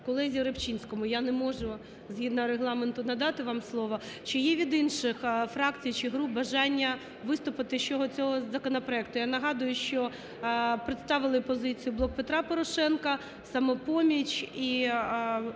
колезі Рибчинському. Я не можу згідно Регламенту надати вам слово. Чи є від інших фракцій чи груп бажання виступити щодо цього законопроекту? Я нагадую, що представили позицію "Блок Петра Порошенка", "Самопоміч" і